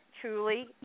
truly